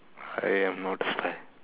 I am not a spy